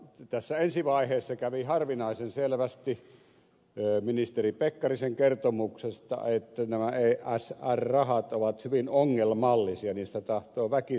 tässä ensi vaiheessa kävi harvinaisen selväksi ministeri pekkarisen kertomuksesta että nämä esr rahat ovat hyvin ongelmallisia